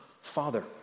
Father